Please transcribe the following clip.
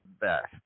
Best